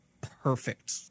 perfect